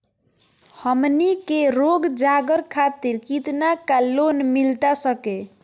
हमनी के रोगजागर खातिर कितना का लोन मिलता सके?